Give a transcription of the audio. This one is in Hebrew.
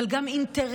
אבל גם אינטרס